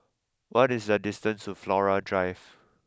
what is the distance to Flora Drive